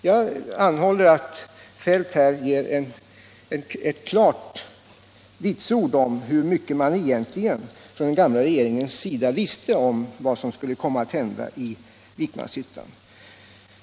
Jag anhåller att herr Feldt här ger ett klart besked om hur mycket man egentligen, från den gamla regeringens sida, visste om vad som skulle komma att hända i Vikmanshyttan.